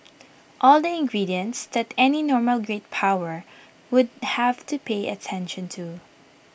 all the ingredients that any normal great power would have to pay attention to